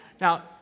now